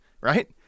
right